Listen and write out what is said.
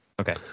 Okay